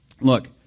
look